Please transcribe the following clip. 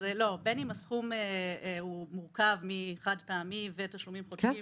בין אם הסכום מורכב מחד-פעמי ותשלומים חודשיים